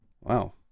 Wow